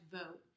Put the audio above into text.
vote